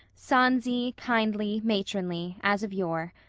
sonsy, kindly, matronly, as of yore.